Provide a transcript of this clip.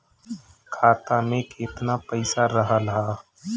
खाता में केतना पइसा रहल ह?